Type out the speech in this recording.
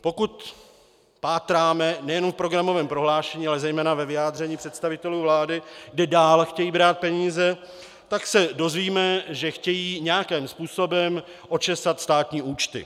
Pokud pátráme nejenom v programovém prohlášení, ale zejména ve vyjádření představitelů vlády, kde dále chtějí brát peníze, tak se dozvíme, že chtějí nějakým způsobem očesat státní účty.